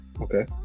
Okay